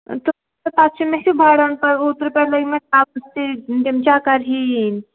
تہٕ تہٕ پَتہٕ چھِ مےٚ چھِ بَڑان تےَ اوترٕ پیٚٹھ لٔگۍ مےٚ تاپَس تہِ تِم چَکَر ہِوۍ یِنۍ